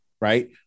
right